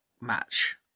match